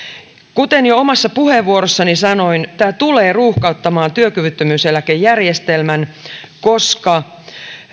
kuten jo omassa puheenvuorossani sanoin tämä tulee ruuhkauttamaan työkyvyttö myyseläkejärjestelmän koska